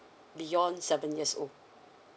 beyond seven years old